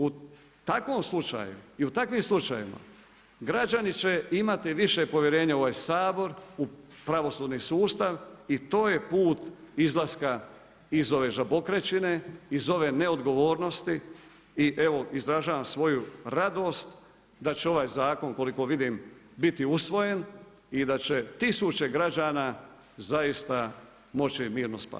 U takvom slučaju i u takvim slučajevima građani će imati više povjerenja u ovaj Sabor, u pravosudni sustav i to je put izlaska iz ove žabokrečine, iz ove neodgovornosti i evo izražavam svoju radost da će ovaj zakon, koliko vidim, biti usvojen i da će tisuće građana zaista moći mirno spavati.